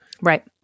Right